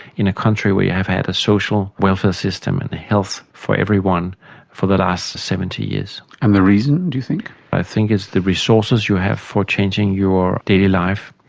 in a country where you have had a social welfare system and health for everyone for the last seventy years. and the reason, do you think? i think it is the resources you have for changing your daily life,